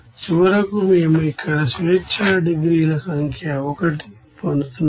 చివరకు మేము ఇక్కడ స్వేచ్ఛా డిగ్రీల సంఖ్య 1 ను పొందుతున్నాము